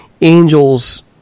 Angels